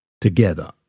together